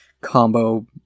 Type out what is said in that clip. combo